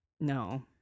No